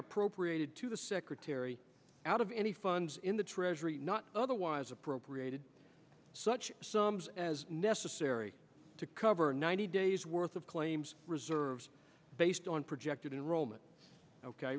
appropriated to the secretary out of any funds in the treasury not otherwise appropriated such sums as necessary to cover ninety days worth of claims reserves based on projected enrollment